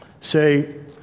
say